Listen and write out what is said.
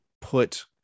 put